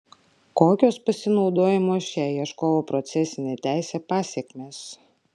kokios pasinaudojimo šia ieškovo procesine teise pasekmės